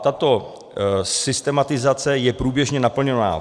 Tato systematizace je průběžně naplňovaná.